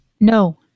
No